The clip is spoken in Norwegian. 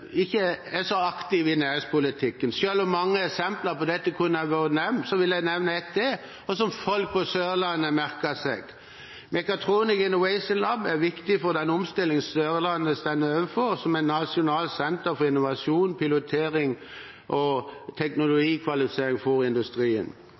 ikke er så aktiv i næringspolitikken. Selv om mange eksempler på dette kunne vært nevnt, vil jeg nevne ett til, som folk på Sørlandet merker seg. Mechatronics Innovation Lab er viktig for den omstillingen Sørlandet står overfor, som et nasjonalt senter for innovasjon, pilotering og